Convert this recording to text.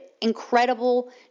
incredible